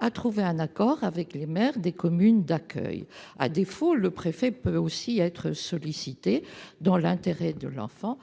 à trouver un accord avec les maires des communes d'accueil. À défaut, le préfet peut aussi être sollicité dans l'intérêt de l'enfant,